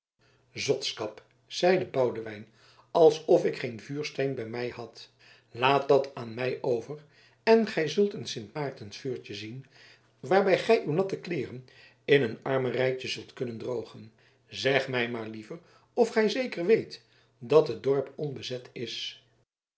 zotskap zeide boude wijn alsof ik geen vuursteen bij mij had laat dat aan mij over en gij zult een sint maartensvuurtje zien waarbij gij uw natte kleeren in een amerijtje zult kunnen drogen zeg mij maar liever of gij zeker weet dat het dorp onbezet is